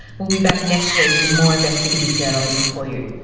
we'll be back next week with more investigative journalism for you.